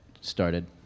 started